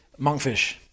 Monkfish